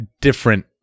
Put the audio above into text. different